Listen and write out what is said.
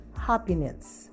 happiness